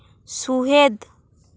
ᱥᱩᱦᱮᱫᱽ